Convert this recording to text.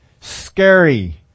scary